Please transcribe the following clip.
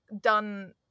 done